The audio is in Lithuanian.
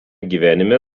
gyvenime